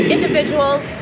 individuals